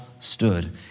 Stood